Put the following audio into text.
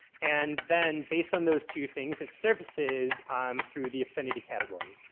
and then based on those two things that services um through the affinity categories.